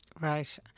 Right